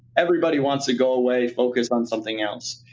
everybody wants to go away, focus on something else.